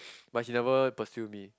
but he never pursue me